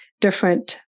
different